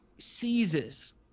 Seizes